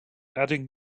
adding